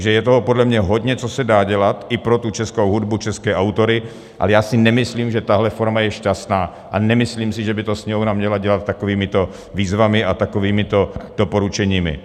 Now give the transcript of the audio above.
Takže je toho podle mě hodně, co se dá dělat i pro tu českou hudbu, české autory, ale já si nemyslím, že tahle forma je šťastná, a nemyslím si, že by to Sněmovna měla dělat takovýmito výzvami a takovýmito doporučeními.